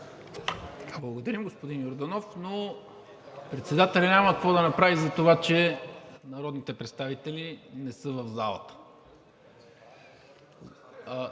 Благодаря, господин Йорданов, но председателят няма какво да направи за това, че народните представители не са в залата.